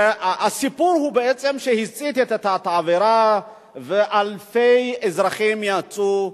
והסיפור שהצית את התבערה ואלפי אזרחים יצאו,